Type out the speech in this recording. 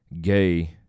gay